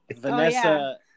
Vanessa